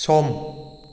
सम